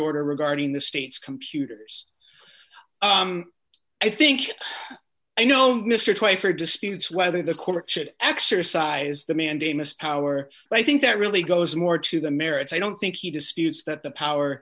order regarding the state's computers i think i know mr twyford disputes whether the court should exercise the mandamus power but i think that really goes more to the merits i don't think he disputes that the power